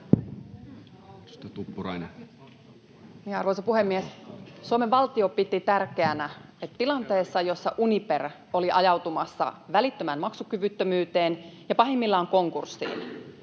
Arvoisa puhemies! Suomen valtio piti tärkeänä, että tilanteessa, jossa Uniper oli ajautumassa välittömään maksukyvyttömyyteen ja pahimmillaan konkurssiin,